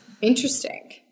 interesting